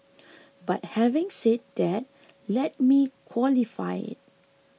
but having said that let me qualify it